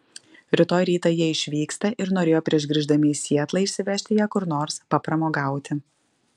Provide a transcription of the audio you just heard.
rytoj rytą jie išvyksta ir norėjo prieš grįždami į sietlą išsivežti ją kur nors papramogauti